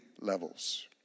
levels